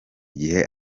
igihe